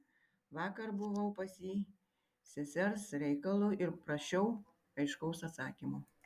vakar buvau pas jį sesers reikalu ir prašiau aiškaus atsakymo